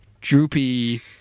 droopy